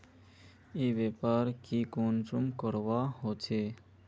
ई व्यापार की कुंसम करवार करवा होचे?